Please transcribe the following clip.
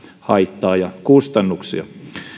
haittaa ja kustannuksia